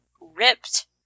ripped